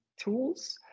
tools